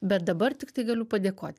bet dabar tiktai galiu padėkot